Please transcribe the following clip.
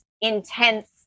intense